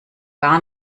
gar